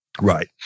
right